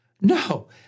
No